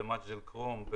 במג'דל כרום,